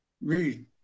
Read